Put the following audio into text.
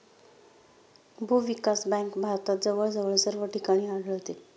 भूविकास बँक भारतात जवळजवळ सर्व ठिकाणी आढळते